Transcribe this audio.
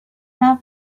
not